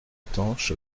tanche